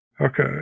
Okay